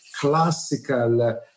classical